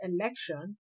election